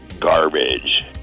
garbage